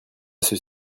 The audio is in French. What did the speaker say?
ceux